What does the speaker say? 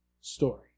story